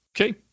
Okay